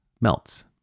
melts